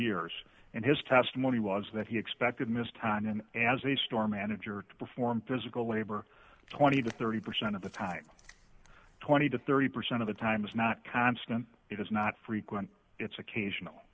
years and his testimony was that he expected missed time in as a store manager to perform physical labor twenty to thirty percent of the time twenty to thirty percent of the time is not constant it is not frequent it's occasional